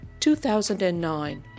2009